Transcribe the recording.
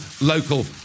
local